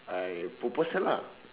I propose her lah